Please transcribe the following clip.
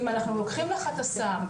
אם אנחנו לוקחים לך את הסם,